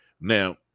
Now